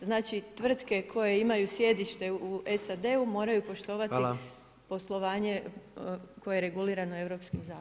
Znači tvrtke koje imaju sjedište u SAD-u, moraju poštovati poslovanje koje je regulirano europskim zakonom.